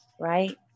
right